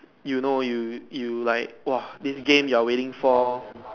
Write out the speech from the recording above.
you know you you like !woah! this game you are waiting for